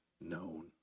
known